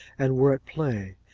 and were at play.